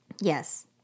Yes